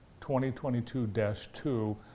2022-2